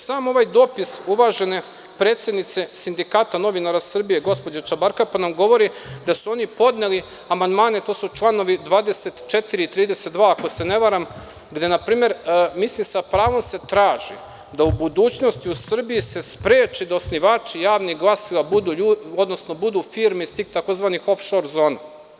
Sam ovaj dopis uvažene predsednice Sindikata novinara Srbije, gospođe Čabarkape, nam govori da su oni podneli amandmane, to su članovi 24. i 32, ako se ne varam, gde se na primer sa pravom traži da se u budućnosti u Srbiji spreči da osnivači javnih glasila budu firme iz tih tzv. „of šor“ zona.